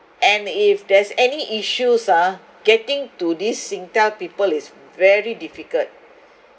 and if there's any issues uh getting to this singtel people is very difficult